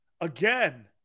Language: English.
again